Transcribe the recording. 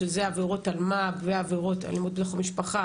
שזה עבירות אלימות במשפחה,